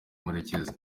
murekezi